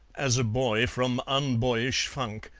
as a boy from unboyish funk,